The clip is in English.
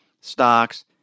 stocks